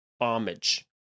homage